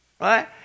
right